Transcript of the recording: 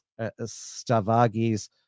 Stavagi's